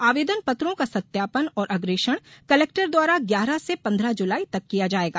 आवेदन पत्रों का सत्यापन और अग्रेषण कलेक्टर द्वारा ग्यारह से पंद्रह जुलाई तक किया जायेगा